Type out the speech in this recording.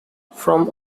from